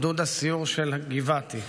גדוד הסיור של גבעתי,